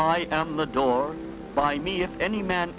i am the door by me if any man